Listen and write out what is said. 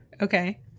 Okay